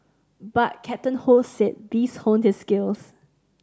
but Captain Ho said these honed his skills